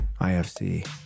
IFC